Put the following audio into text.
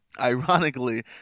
Ironically